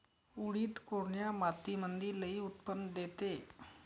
उडीद कोन्या मातीमंदी लई उत्पन्न देते?